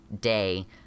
day